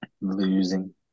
Losing